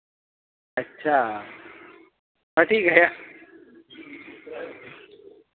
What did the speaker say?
अच्छा ह ठीक है